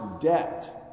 debt